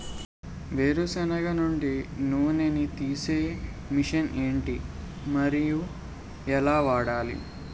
వేరు సెనగ నుండి నూనె నీ తీసే మెషిన్ ఏంటి? మరియు ఎలా వాడాలి?